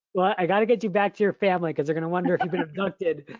well i gotta get you back to your family, because they're gonna wonder if you've been abducted.